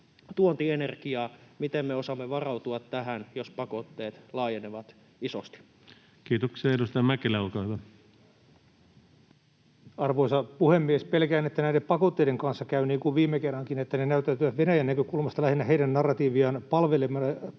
tuontienergiaa. Miten me osaamme varautua tähän, jos pakotteet laajenevat isosti? Kiitoksia. — Edustaja Mäkelä, olkaa hyvä. Arvoisa puhemies! Pelkään, että näiden pakotteiden kanssa käy niin kuin viime kerrallakin, että ne näyttäytyvät Venäjän näkökulmasta lähinnä heidän narratiiviaan palvelevina